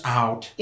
out